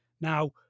Now